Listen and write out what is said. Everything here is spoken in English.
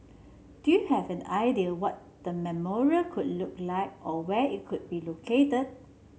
do you have an idea what the memorial could look like or where it could be located